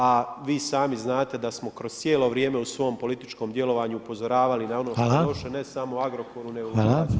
A vi sami znate da smo kroz cijelo vrijeme u svom političkom djelovanju upozoravali na ono što je loše ne samo o Agrokoru nego